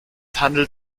handelt